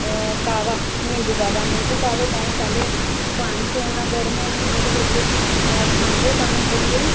काह्वा नींबू काह्वा ताहीं पैह्लें पानी छोड़ना गर्म होने गी ओह्दे बिच खंड पानी थोह्ड़ी जेही